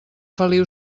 feliu